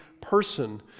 person